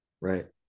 right